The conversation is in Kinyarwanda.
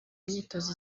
imyitozo